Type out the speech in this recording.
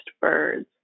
birds